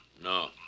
No